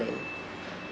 thing